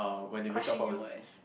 crushing you leh